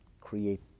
create